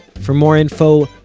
for more info,